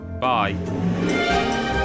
Bye